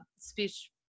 speech